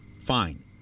fine